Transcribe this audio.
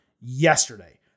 yesterday